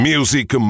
Music